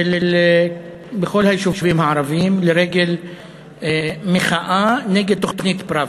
בכל היישובים הערביים לרגל מחאה נגד תוכנית פראוור.